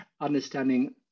understanding